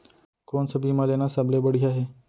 कोन स बीमा लेना सबले बढ़िया हे?